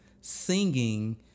singing